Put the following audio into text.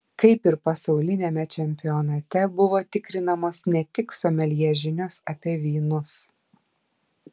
kaip ir pasauliniame čempionate buvo tikrinamos ne tik someljė žinios apie vynus